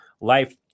life